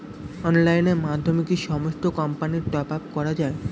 অনলাইনের মাধ্যমে কি সমস্ত কোম্পানির টপ আপ করা যায়?